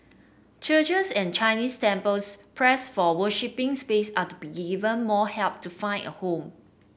churches and Chinese temples pressed for worshipping space are to be given more help to find a home